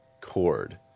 chord